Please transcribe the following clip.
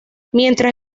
mientras